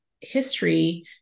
history